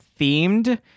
themed